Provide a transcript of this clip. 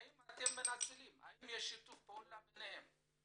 האם אתם מנצלים, האם יש שיתוף פעולה ביניכם.